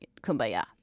kumbaya